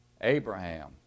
Abraham